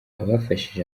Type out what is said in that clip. abafashe